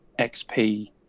XP